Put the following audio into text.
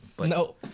No